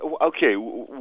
Okay